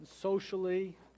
Socially